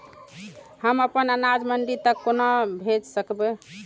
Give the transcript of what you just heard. हम अपन अनाज मंडी तक कोना भेज सकबै?